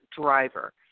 driver